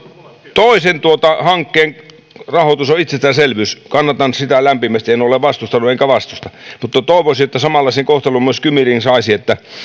toisen hankkeen rahoitus on itsestäänselvyys kannatan sitä lämpimästi en ole vastustanut enkä vastusta mutta toivoisin että samanlaisen kohtelun myös kymi ring saisi että